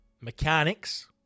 mechanics